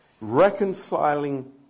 reconciling